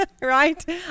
Right